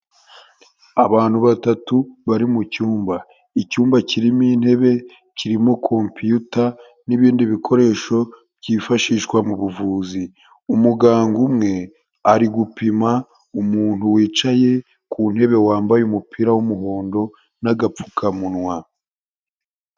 Abantu batatu bari mu cyumba, icyumba kirimo intebe, kirimo kompiyuta n'ibindi bikoresho byifashishwa mu buvuzi, umuganga umwe ari gupima umuntu wicaye ku ntebe wambaye umupira w'umuhondo n'agapfukamunwa.